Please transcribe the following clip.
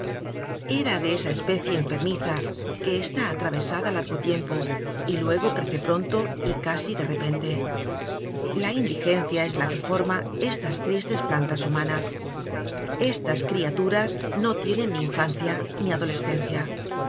era de esa especie enfermiza que está atravesada largo tiempo y luego crece pronto y casi de repente la indigencia es la que forma estas tristes plantas humanas estas criaturas no tienen ni infancia ni adolescencia